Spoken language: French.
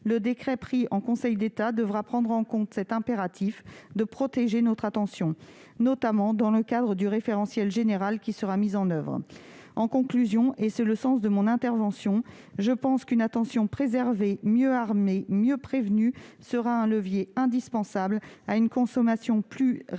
le décret pris en Conseil d'État devra prendre en compte cet impératif de protection de notre attention, notamment dans le cadre du référentiel général qui sera mis en oeuvre. En conclusion, et c'est le sens de mon intervention, je pense qu'une attention préservée, mieux armée et mieux prévenue sera un levier indispensable à une consommation plus